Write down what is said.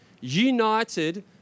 united